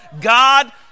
god